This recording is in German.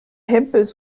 hempels